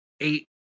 eight